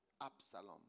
Absalom